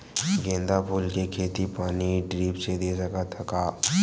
गेंदा फूल के खेती पानी ड्रिप से दे सकथ का?